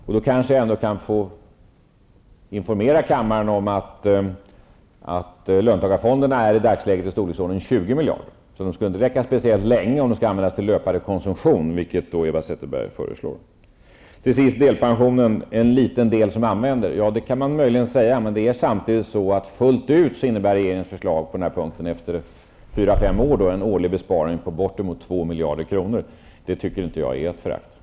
Jag vill därför informera kammaren om att löntagarfonderna i dagsläget uppgår till i storleksordningen 20 miljarder. De skulle inte räcka särskilt länge om de skulle användas till löpande konsumtion, vilket Eva Zetterberg föreslår. Man kan möjligen säga att det bara är en liten del av arbetstagarna som använder möjligheten till delpension, men regeringens förslag på den här punkten innebär samtidigt efter fyra fem år en årlig besparing på bort emot 2 miljarder kronor. Det tycker inte jag är att förakta.